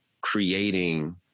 creating